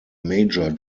major